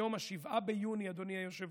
היום, 7 ביוני, אדוני היושב-ראש,